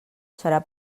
serà